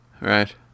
right